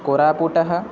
कोरापूटः